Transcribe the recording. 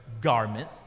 garment